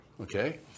Okay